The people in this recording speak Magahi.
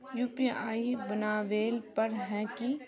यु.पी.आई बनावेल पर है की?